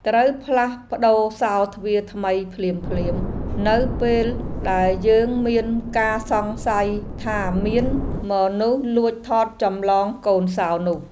ត្រូវផ្លាស់ប្តូរសោរទ្វារថ្មីភ្លាមៗនៅពេលដែលយើងមានការសង្ស័យថាមានមនុស្សលួចថតចម្លងកូនសោរនោះ។